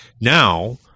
Now